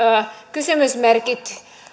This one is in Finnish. kysymysmerkit